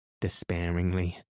despairingly